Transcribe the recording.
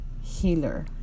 healer